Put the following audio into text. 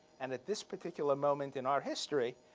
and at this particular moment in our history,